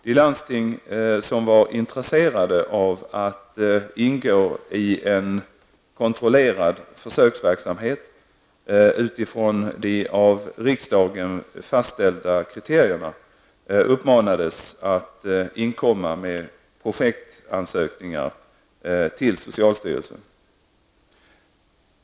De landsting som var intresserade av att ingå i en kontrollerad försöksverksamhet utifrån de av riksdagen fastställda kriterierna uppmanades att inkomma med projektansökningar till socialstyrelsen.